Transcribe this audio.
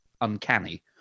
uncanny